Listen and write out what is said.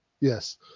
Yes